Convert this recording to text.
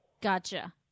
Gotcha